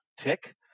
tick